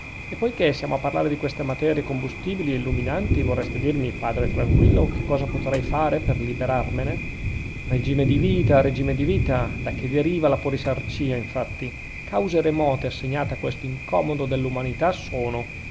e poichè siamo a parlare di queste materie combustibili e illuminanti vorreste dirmi padre tranquillo che cosa potrei fare per liberarmene regime di vita regime di vita da che deriva la polisarcìa infatti cause remote assegnate a questo incomodo dell'umanità sono